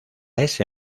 ese